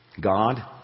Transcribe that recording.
God